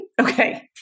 Okay